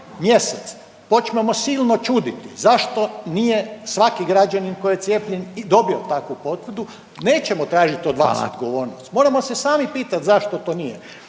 mjesec počnemo silno čuditi zašto nije svaki građanin koji je cijepljen dobio takvu potvrdu nećemo tražiti od vas odgovornost. Moramo se sami pitati zašto to nije